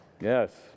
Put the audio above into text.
Yes